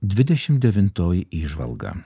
dvidešim devintoji įžvalga